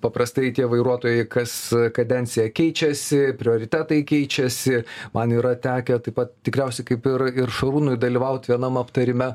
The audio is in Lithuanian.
paprastai tie vairuotojai kas kadenciją keičiasi prioritetai keičiasi man yra tekę taip pat tikriausiai kaip ir ir šarūnui dalyvaut vienam aptarime